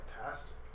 fantastic